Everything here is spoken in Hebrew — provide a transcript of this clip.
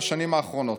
בשנים האחרונות.